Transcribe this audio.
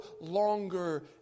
longer